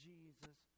Jesus